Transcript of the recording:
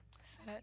Set